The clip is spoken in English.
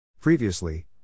Previously